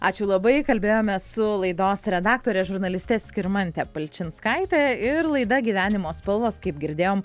ačiū labai kalbėjomės su laidos redaktore žurnaliste skirmante palčinskaite ir laida gyvenimo spalvos kaip girdėjom